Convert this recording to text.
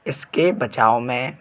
इसके बचाव में